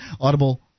Audible